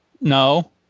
No